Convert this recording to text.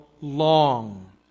long